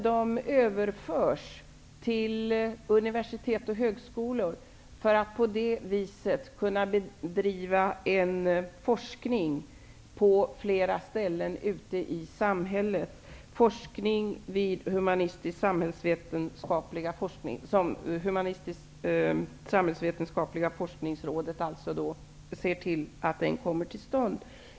De överförs till universitet och högskolor för att det på det sättet skall vara möjligt att bedriva forskning på flera ställen ute i samhället. Humanistisksamhällsvetenskapliga forskningsrådet skall se till att den forskningen kommer till stånd.